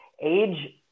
age